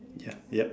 ya ya